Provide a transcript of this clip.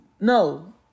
No